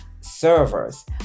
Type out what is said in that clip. servers